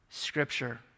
Scripture